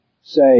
say